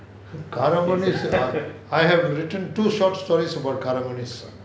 I have written two short stories about karung gunis